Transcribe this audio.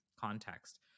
context